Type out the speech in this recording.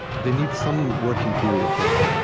they need some working theory of hope.